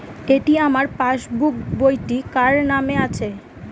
এটি আমার পাসবুক বইটি কার নামে আছে?